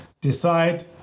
decide